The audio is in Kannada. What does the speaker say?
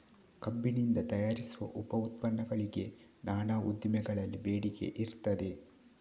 ಕಬ್ಬಿನಿಂದ ತಯಾರಿಸುವ ಉಪ ಉತ್ಪನ್ನಗಳಿಗೆ ನಾನಾ ಉದ್ದಿಮೆಗಳಲ್ಲಿ ಬೇಡಿಕೆ ಇರ್ತದೆ